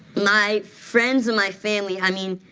my friends and my family, i mean,